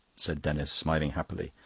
said denis, smiling happily,